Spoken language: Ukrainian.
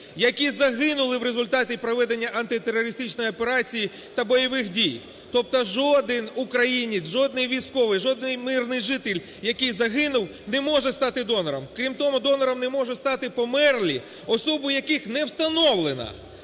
які загинули в результаті проведення антитерористичної операції та бойових дій. Тобто жоден українець, жоден військовий, жоден мирний житель, який загинув, не може стати донором. Крім того, донором не можуть стати померлі особи, яких не встановлено.